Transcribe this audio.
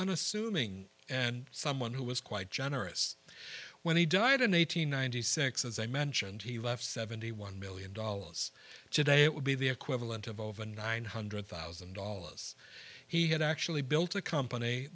unassuming and someone who was quite generous when he died in one thousand nine hundred and six as i mentioned he left seventy one million dollars today it would be the equivalent of over nine hundred thousand dollars he had actually built a company